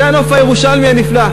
זה הנוף הירושלמי הנפלא.